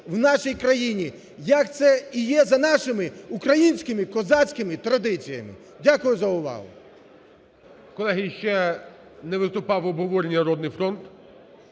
в нашій країні, як це і є за нашими українськими козацькими традиціями. Дякую за увагу. ГОЛОВУЮЧИЙ. Колеги, ще не виступав в обговоренні "Народний фронт".